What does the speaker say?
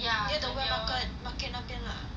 near the wet mark~ market 那边 ah